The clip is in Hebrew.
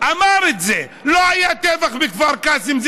את זה: לא היה טבח בכפר קאסם.